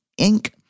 Inc